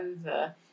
over